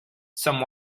some